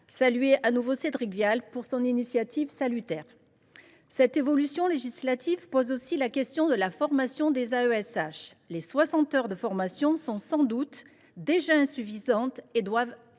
nouvelle fois Cédric Vial de son initiative salutaire. Une telle évolution législative pose aussi la question de la formation des AESH. Les soixante heures de formation sont sans doute déjà insuffisantes et doivent être